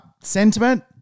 sentiment